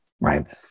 right